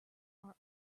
are